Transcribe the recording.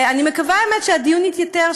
אני מקווה שהדיון יתייתר,